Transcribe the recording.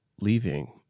leaving